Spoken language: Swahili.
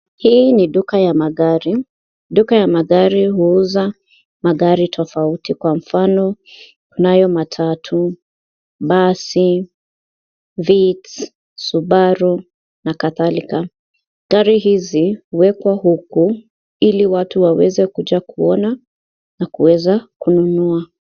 Hii ni duka ya magari, duka ya magari huuza magari tofauti kwa mfano kunayo matatu, basi, Vitz, Subaru na kadhalika. Gari hizi huwekwa huku ili watu waweze kuja kuona na kuweza kununua.